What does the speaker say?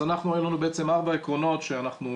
אז אנחנו בעצם העלינו ארבעה עקרונות שהיינו